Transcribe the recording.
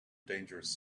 dangerous